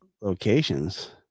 locations